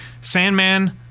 Sandman